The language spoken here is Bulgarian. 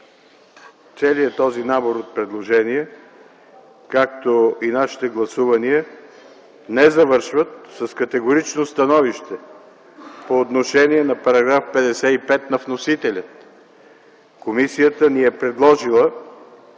целият набор от предложения, както и нашите гласувания, не завършват с категорично становище по отношение на § 55 на вносителя. Комисията ни е предложила